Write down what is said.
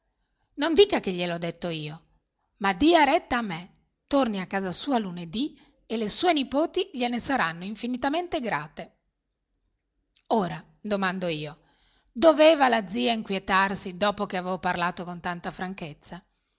non dica che glie l'ho detto io ma dia retta a me tornì a casa sua lunedì e le sue nipoti gliene saranno infinitamente grate ora domando io doveva la zia inquietarsi dopo che avevo parlato con tanta franchezza